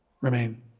remain